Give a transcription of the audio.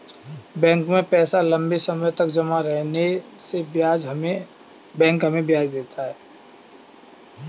bank में पैसा लम्बे समय तक जमा रहने से बैंक हमें ब्याज देता है